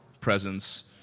presence